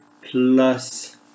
plus